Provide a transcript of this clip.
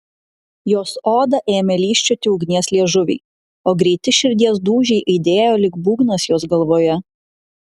jos odą ėmė lyžčioti ugnies liežuviai o greiti širdies dūžiai aidėjo lyg būgnas jos galvoje